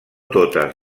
totes